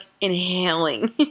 inhaling